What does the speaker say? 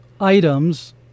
items